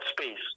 space